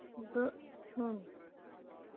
دٔچھُن